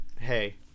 hey